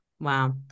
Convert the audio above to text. Wow